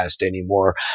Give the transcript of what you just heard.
anymore